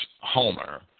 Homer